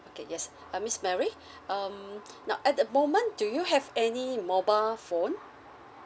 okay yes uh miss mary um now at the moment do you have any mobile phone